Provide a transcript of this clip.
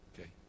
Okay